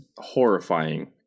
horrifying